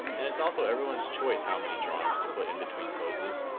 and it's also everyone's choice how many drawings to put in between poses.